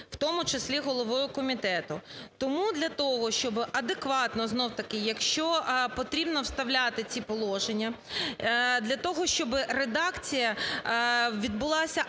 в тому числі головою комітету. Тому для того, щоби адекватно, знову таки, якщо потрібно вставляти ці положення для того, щоби редакція відбулася адекватною,